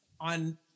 on